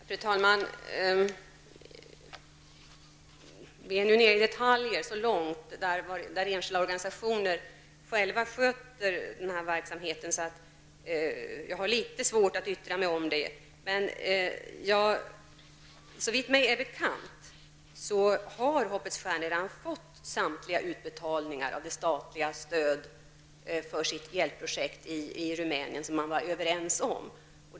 Fru talman! Vi går nu långt in på detaljer om hur enskilda organisationer sköter sin verksamhet. Jag har litet svårt att yttra mig om det. Såvitt mig är bekant har Hoppets stjärna redan fått samtliga utbetalningar av det statliga stöd för de hjälpprojekt som vi var överens om.